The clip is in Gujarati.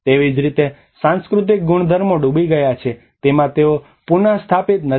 તેવી જ રીતે જે સાંસ્કૃતિક ગુણધર્મો ડૂબી ગયા છે તેમાં તેઓ પુનસ્થાપિત નથી